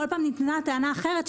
בכל פעם נטענה טענה אחרת,